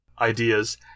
ideas